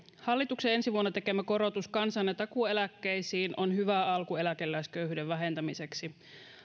hallituksen ensi vuonna tekemä korotus kansan ja takuueläkkeisiin on hyvä alku eläkeläisköyhyyden vähentämiseksi